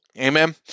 Amen